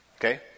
Okay